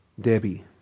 debbie